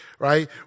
Right